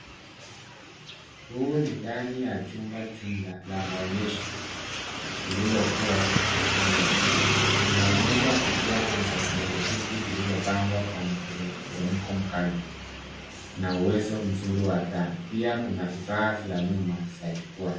Huu ni ndani ya chumba jumla la maonyesho, lililokua kwenye jiji. Inaonyesha jukwaa kubwa lenye viti vilivyopangwa kwa mteremko mkali, na uwezo mzuri wa taa. Pia kuna vifaa vya nyuma za jukwaa.